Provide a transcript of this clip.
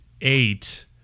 eight